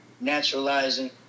naturalizing